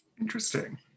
Interesting